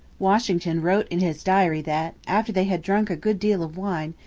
washington wrote in his diary that, after they had drunk a good deal of wine,